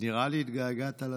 נראה לי שהתגעגעת לדוכן.